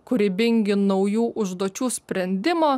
kūrybingi naujų užduočių sprendimo